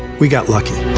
we got lucky!